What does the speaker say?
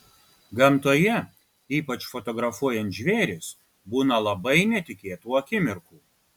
gamtoje ypač fotografuojant žvėris būna labai netikėtų akimirkų